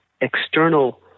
external